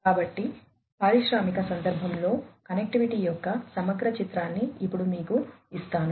కాబట్టి పారిశ్రామిక సందర్భంలో కనెక్టివిటీ యొక్క సమగ్ర చిత్రాన్ని ఇప్పుడు మీకు ఇస్తాను